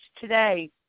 today